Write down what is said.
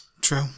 True